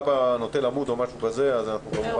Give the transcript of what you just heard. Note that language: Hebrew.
אם האבא נוטה למות או משהו כזה אנחנו כמובן מאשרים.